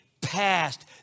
past